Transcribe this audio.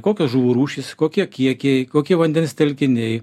kokios žuvų rūšys kokie kiekiai kokie vandens telkiniai